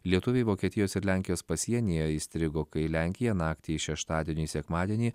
lietuviai vokietijos ir lenkijos pasienyje įstrigo kai lenkija naktį iš šeštadienio į sekmadienį